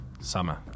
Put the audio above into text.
summer